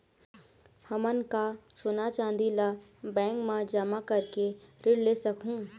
हमन का सोना चांदी ला बैंक मा जमा करके ऋण ले सकहूं?